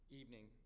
evening